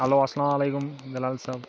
hello اسلام علیکُم بِلال صٲب